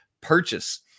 purchase